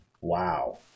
wow